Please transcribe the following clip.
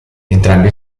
entrambi